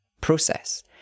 process